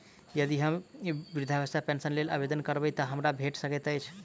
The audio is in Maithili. यदि हम वृद्धावस्था पेंशनक लेल आवेदन करबै तऽ हमरा भेट सकैत अछि?